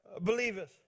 believers